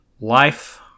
life